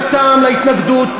הטעם להתנגדות,